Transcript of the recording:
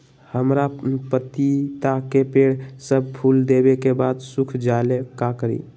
हमरा पतिता के पेड़ सब फुल देबे के बाद सुख जाले का करी?